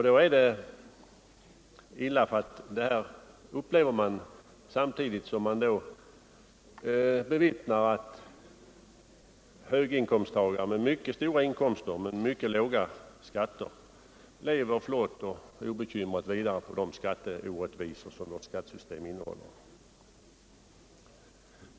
Det är illa att man skall behöva uppleva detta samtidigt som man bevittnar att höginkomsttagare med mycket stora inkomster men mycket låga skatter lever flott och obekymrat vidare på de skatteorättvisor som vårt skattesystem innehåller.